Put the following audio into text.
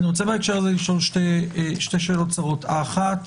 אני רוצה בהקשר הזה לשאול שתי שאלות קצרות: האחת,